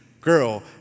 girl